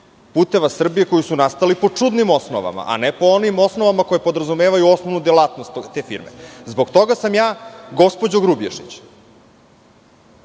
Puteva Srbije, koji su nastali po čudnim osnovama, a ne po onim osnovama koje podrazumevaju osnovnu delatnost te firme. Zbog toga sam ja, gospođo Grubješić,